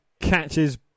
catches